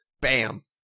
Bam